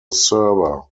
server